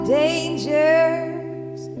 dangers